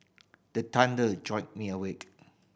the thunder jolt me awake